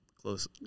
close